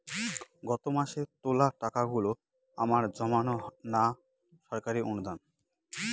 গত মাসের তোলা টাকাগুলো আমার জমানো না সরকারি অনুদান?